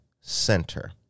Center